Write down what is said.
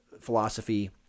philosophy